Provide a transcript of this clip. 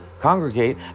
congregate